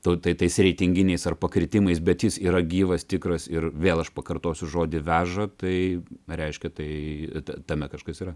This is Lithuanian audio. tau tai tais reitinginiais ar pakritimais bet jis yra gyvas tikras ir vėl aš pakartosiu žodį veža tai reiškia tai tame kažkas yra